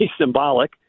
symbolic